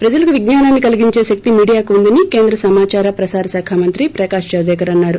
ప్రజలకు విజ్ఞానాన్ని కలిగించే శక్తి మీడియాకు ఉందని కేంద్ర సమాచార ప్రసార శాఖ మంత్రి ప్రకాష్ జవదేకర్ అన్నారు